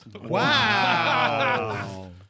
Wow